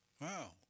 Wow